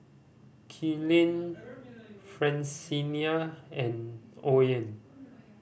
Killian Francina and Oren